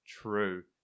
true